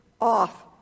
off